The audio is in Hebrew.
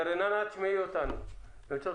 רננה תשמעי אותנו.